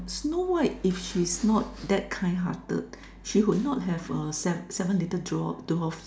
Snow White if she's not that kind hearted she would not have a seven seven little draw~ dwarf